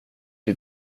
bli